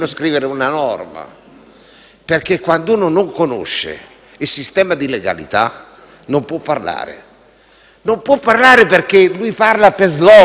norma. Quando uno non conosce il sistema di legalità, non può parlare. E non può parlare perché parla per *slogan*, per